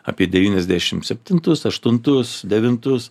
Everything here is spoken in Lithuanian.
apie devyniasdešimt septintus aštuntus devintus